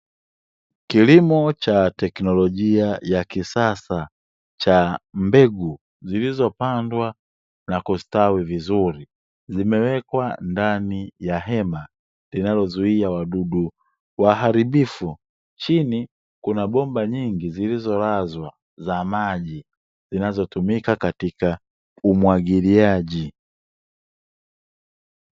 Kilimo cha tekinolojia ya kisasa cha mbegu, zilizopandwa na kustawi vizuri, zimewekwa ndani ya hema linalozuia wadudu waharibifu, chini kuna bomba nyingi zilizolazwa za maji, zinazotumika katika umwagiliaji.